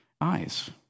eyes